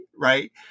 right